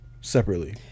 separately